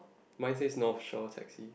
mine says North Shore taxi